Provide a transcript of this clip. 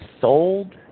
sold